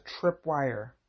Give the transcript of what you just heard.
tripwire